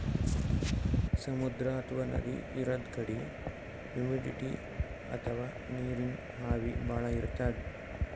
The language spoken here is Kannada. ಸಮುದ್ರ ಅಥವಾ ನದಿ ಇರದ್ ಕಡಿ ಹುಮಿಡಿಟಿ ಅಥವಾ ನೀರಿನ್ ಆವಿ ಭಾಳ್ ಇರ್ತದ್